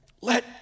Let